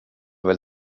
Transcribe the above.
väl